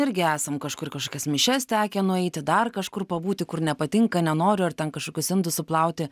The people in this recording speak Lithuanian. irgi esam kažkur į kažkokias mišias tekę nueiti dar kažkur pabūti kur nepatinka nenoriu ar ten kažkokius indus suplauti